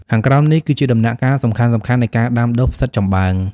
ខាងក្រោមនេះគឺជាដំណាក់កាលសំខាន់ៗនៃការដាំដុះផ្សិតចំបើង